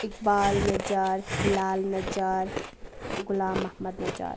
Iqbal Najar Hilal Najar Ghulam Mohammad Najar